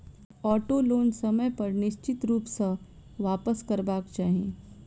auto loan समय पर निश्चित रूप सॅ वापसकरबाक चाही